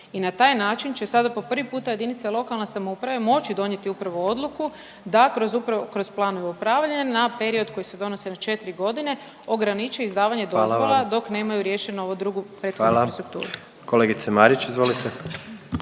I na taj način će sada po prvi puta jedinice lokalne samouprave moći donijeti upravo odluku da kroz planove upravljanja na period koji se donose na četri godine ograniče izdavanje …/Upadica predsjednik: Hvala vam./… dok